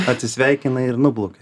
atsisveikina ir nuplaukia